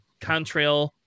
Contrail